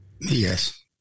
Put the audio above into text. Yes